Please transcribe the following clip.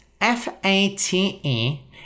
F-A-T-E